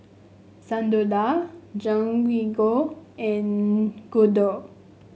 Sunderlal Jehangirr and Gouthu